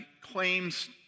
claims